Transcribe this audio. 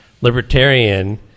libertarian